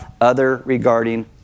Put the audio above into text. other-regarding